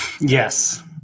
Yes